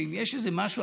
שאם יש איזה משהו,